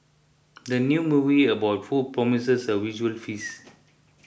the new movie about food promises a visual feast